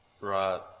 right